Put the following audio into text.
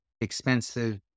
expensive